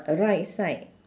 uh right side